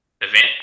event